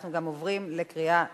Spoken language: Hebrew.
אנחנו גם עוברים לקריאה שלישית.